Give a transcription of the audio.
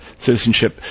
citizenship